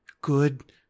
good